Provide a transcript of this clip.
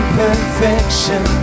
perfection